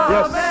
Yes